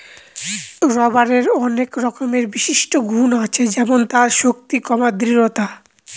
রবারের আনেক রকমের বিশিষ্ট গুন আছে যেমন তার শক্তি, দৃঢ়তা